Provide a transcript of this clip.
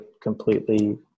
completely